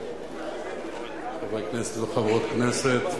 חברי כנסת וחברות כנסת,